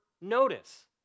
notice